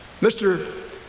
Mr